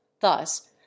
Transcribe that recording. thus